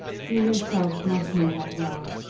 you yourself must know that well.